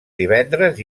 divendres